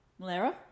Malera